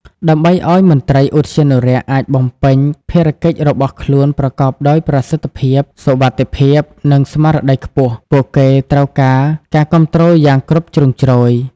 ដើម្បីឲ្យមន្ត្រីឧទ្យានុរក្សអាចបំពេញភារកិច្ចរបស់ខ្លួនប្រកបដោយប្រសិទ្ធភាព សុវត្ថិភាព និងស្មារតីខ្ពស់ ពួកគេត្រូវការការគាំទ្រយ៉ាងគ្រប់ជ្រុងជ្រោយ។